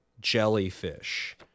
jellyfish